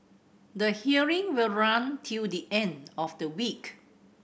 the hearing will run till the end of the week